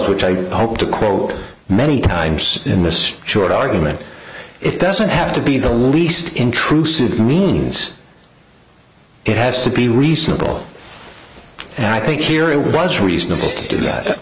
which i hope to quote many times in this short argument it doesn't have to be the least intrusive means it has to be reasonable and i think here it was reasonable to do that